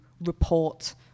report